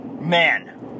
Man